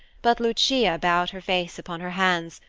but lucia bowed her face upon her hands,